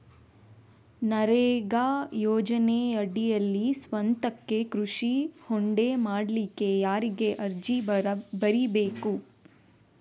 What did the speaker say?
ನರೇಗಾ ಯೋಜನೆಯಡಿಯಲ್ಲಿ ಸ್ವಂತಕ್ಕೆ ಕೃಷಿ ಹೊಂಡ ಮಾಡ್ಲಿಕ್ಕೆ ಯಾರಿಗೆ ಅರ್ಜಿ ಬರಿಬೇಕು?